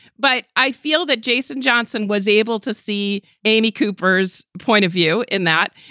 but i feel that jason johnson was able to see amy cooper's point of view in that.